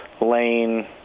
Lane –